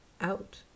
out